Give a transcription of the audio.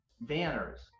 banners